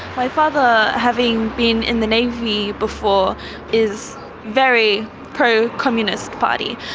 my father having been in the navy before is very pro-communist party.